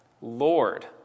Lord